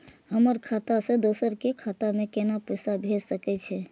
हमर खाता से दोसर के खाता में केना पैसा भेज सके छे?